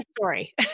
story